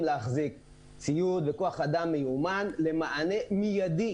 להחזיק ציוד לכוח אדם מיומן למענה מידי.